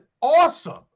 awesome